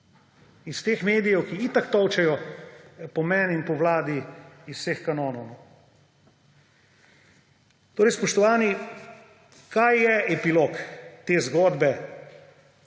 iz teh medijev, ki itak tolčejo po meni in po vladi iz vseh kanonov. Spoštovani, kaj je epilog te zgodbe